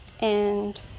And